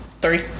Three